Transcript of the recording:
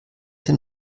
den